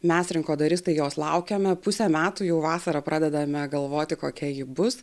mes rinkodaristai jos laukiame pusę metų jau vasarą pradedame galvoti kokia ji bus